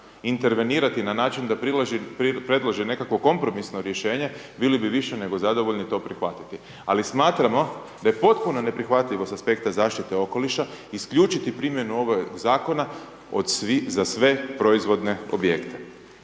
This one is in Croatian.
intervenirati na način da predloži nekakvo kompromisno rješenje bili bi više nego zadovoljni to prihvatiti. Ali smatramo da je potpuno neprihvatljivo sa aspekta zaštite okoliša isključiti primjenu ovoga zakona od svih, za sve proizvodne objekte.